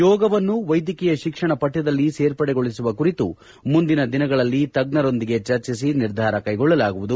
ಯೋಗವನ್ನು ವೈದ್ಯಕೀಯ ಶಿಕ್ಷಣ ಪಠ್ಯದಲ್ಲಿ ಸೇರ್ಪಡೆಗೊಳಿಸುವ ಕುರಿತು ಮುಂದಿನ ದಿನಗಳಲ್ಲಿ ತಜ್ಞರೊಂದಿಗೆ ಚರ್ಚಿಸಿ ನಿರ್ಧಾರ ಕೈಗೊಳ್ಳಲಾಗುವುದು